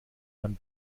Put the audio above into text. man